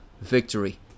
victory